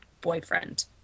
boyfriend